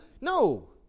no